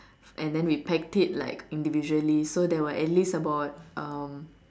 and then we packed it like individually so there was at least about um